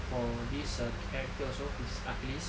for this ah characters also this achilles